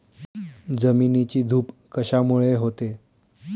जमिनीची धूप कशामुळे होते?